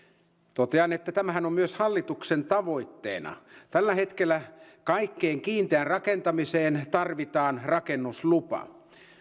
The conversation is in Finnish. totean että tämähän on myös hallituksen tavoitteena tällä hetkellä kaikkeen kiinteään rakentamiseen tarvitaan rakennuslupa